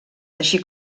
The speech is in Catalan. així